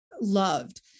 loved